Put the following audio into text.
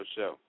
Show